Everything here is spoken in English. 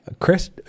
Chris